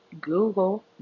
Google